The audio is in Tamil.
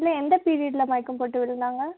இல்லை எந்த பீரியட்டில் மயக்கம் போட்டு விழுந்தாங்க